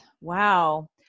Wow